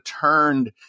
turned